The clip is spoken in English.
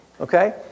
okay